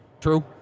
True